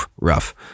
rough